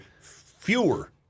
fewer